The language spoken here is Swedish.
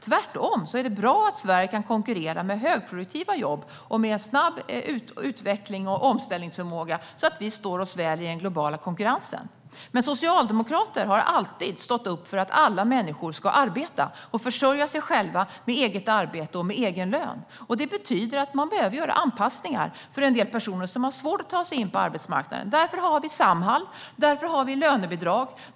Tvärtom är det bra att Sverige kan konkurrera med högproduktiva jobb, snabb utveckling och omställningsförmåga, så att vi står oss väl i den globala konkurrensen. Socialdemokrater har alltid stått upp för att alla människor ska arbeta och försörja sig själva med eget arbete och med egen lön. Detta betyder att man behöver göra anpassningar för en del personer som har svårt att ta sig in på arbetsmarknaden. Därför har vi Samhall. Därför har vi lönebidrag.